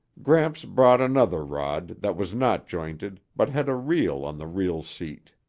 gramps brought another rod that was not jointed but had a reel on the reel seat.